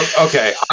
Okay